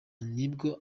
nibwo